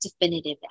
definitive